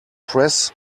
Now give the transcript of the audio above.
press